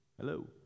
Hello